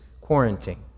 quarantine